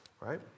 right